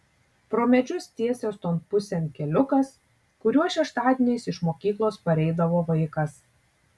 pro medžius tiesės ton pusėn keliukas kuriuo šeštadieniais iš mokyklos pareidavo vaikas